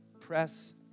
Press